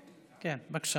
כן, בבקשה.